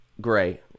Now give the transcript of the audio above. gray